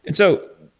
and so,